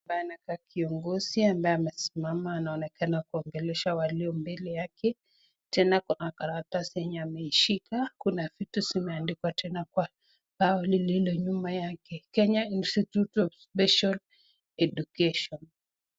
Anakaa kiongozi ambaye amesimama anaonekana kuongelesha walio mbele yake. Tena kuna karatasi yenye ameishika kuna vitu zimeandikwa tena kwa ubao lililo nyuma yake Kenya Institute of Special Education .